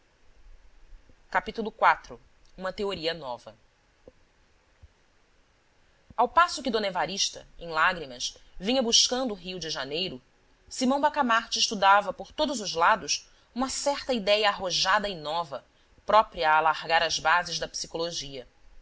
teoria nova ao passo que d evarista em lágrimas vinha buscando o io de janeiro simão bacamarte estudava por todos os lados uma certa idéia arrojada e nova própria a alargar as bases da psicologia